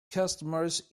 customers